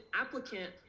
applicant